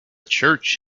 church